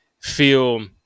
feel